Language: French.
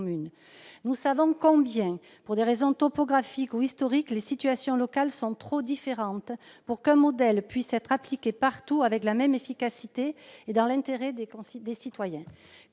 Nous savons que, pour des raisons topographiques ou historiques, les situations locales sont trop différentes pour qu'un modèle puisse être appliqué partout avec la même efficacité, et ce dans l'intérêt des citoyens.